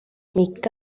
மிக்க